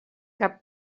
cap